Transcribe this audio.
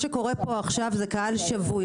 עכשיו זה קהל שבוי.